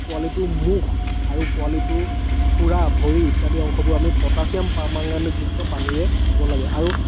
পোৱালিটোৰ মুখ অৰু পোৱালিটোৰ খুৰা ভৰি ইত্যাদি অংশবোৰ আমি পটাছিয়াম পাৰমাংগানেটযুক্ত পানীৰে ধুব লাগে আৰু